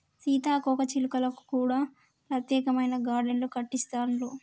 సీతాకోక చిలుకలకు కూడా ప్రత్యేకమైన గార్డెన్లు కట్టిస్తాండ్లు